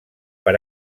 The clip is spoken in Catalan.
per